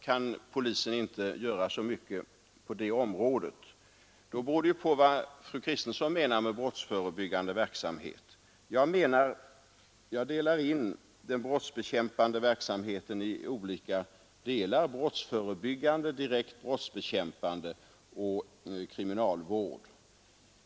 Jag vet inte vad fru Kristensson menar med brottsförebyggande verksamhet. Jag vill dela in den brottsbekämpande verksamheten i olika delar: direkt brottsbekämpande och kriminalvård.